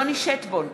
יוני שטבון,